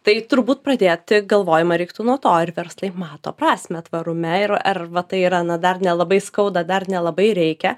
tai turbūt pradėti galvojimą reiktų nuo to ar verslai mato prasmę tvarume ir ar va tai yra na dar nelabai skauda dar nelabai reikia